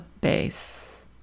base